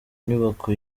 nyubako